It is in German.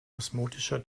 osmotischer